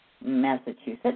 Massachusetts